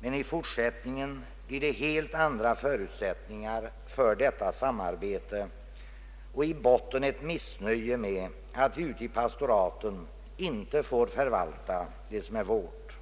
men i fortsättningen blir det helt andra förutsättningar för detta samarbete — och i botten ett missnöje med att vi ute i pastoraten inte får förvalta det som är vårt.